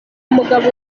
umugabo